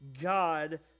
God